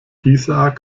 isaak